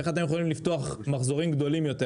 איך אתם יכולים לפתוח מחזורים גדולים יותר.